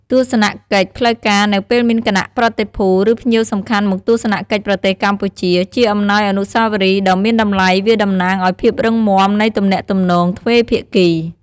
ទស្សនកិច្ចផ្លូវការនៅពេលមានគណៈប្រតិភូ ឬភ្ញៀវសំខាន់មកទស្សនកិច្ចប្រទេសកម្ពុជា ជាអំណោយអនុស្សាវរីយ៍ដ៏មានតម្លៃវាតំណាងឱ្យភាពរឹងមាំនៃទំនាក់ទំនងទ្វេភាគី។